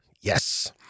yes